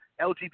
LGBT